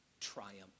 triumph